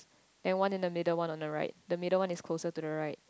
then one in the middle one on the right the middle one is closer to the right